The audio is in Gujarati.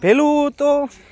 પહેલું તો